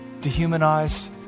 dehumanized